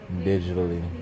digitally